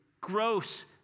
gross